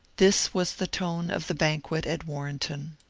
this was the tone of the banquet at warrenton.